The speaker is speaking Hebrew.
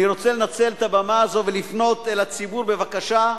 אני רוצה לנצל את הבמה הזאת ולפנות אל הציבור בבקשה,